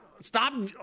stop